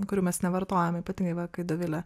kurių mes nevartojam ypatingai va kai dovilė